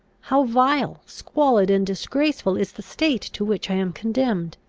how vile, squalid, and disgraceful is the state to which i am condemned!